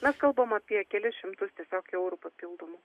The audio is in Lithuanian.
mes kalbam apie kelis šimtus tiesiog eurų papildomų